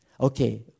Okay